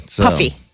Puffy